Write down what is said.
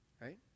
right